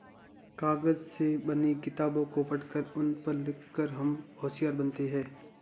कागज से बनी किताबों को पढ़कर उन पर लिख कर हम होशियार बनते हैं